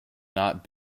not